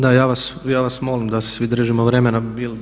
Da, ja vas molim da se svi držimo vremena.